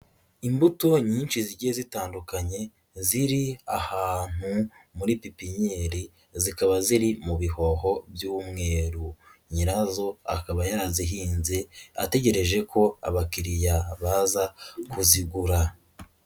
imbuto nyinshi zigiye zitandukanye ziri ahantu muri pipinyeri zikaba ziri mu bihoho, by'umweru nyirazo akaba yarazihinze ategereje ko abakiriya baza kuzigura.